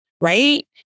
right